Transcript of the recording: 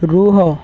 ରୁହ